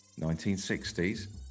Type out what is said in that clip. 1960s